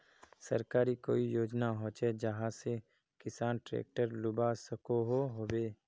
सरकारी कोई योजना होचे जहा से किसान ट्रैक्टर लुबा सकोहो होबे?